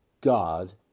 God